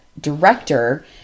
director